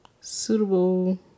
Suitable